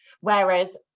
whereas